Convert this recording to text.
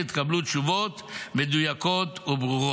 ותקבלו תשובות מדויקות וברורות.